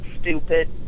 stupid